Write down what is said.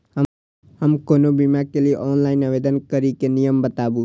हम कोनो बीमा के लिए ऑनलाइन आवेदन करीके नियम बाताबू?